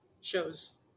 shows